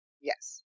Yes